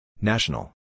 National